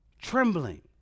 trembling